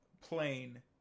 Plain